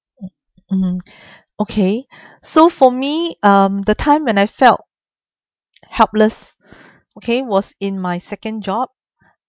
hmm okay so for me um the time when I felt helpless okay was in my second job